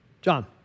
John